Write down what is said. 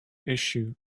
issue